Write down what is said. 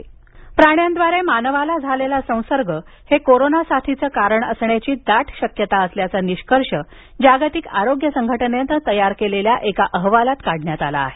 corona जागतिक प्राण्यांद्वारे मानवाला झालेला संसर्ग हे कोरोना साथीचे कारण असण्याची दाट शक्यता असल्याचा निष्कर्ष जागतिक आरोग्य संघटनेने तयार केलेल्या एका अहवालात काढण्यात आला आहे